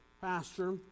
Pastor